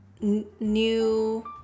new